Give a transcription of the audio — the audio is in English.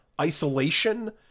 Isolation